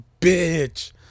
bitch